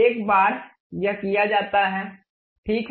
एक बार यह किया जाता है ठीक है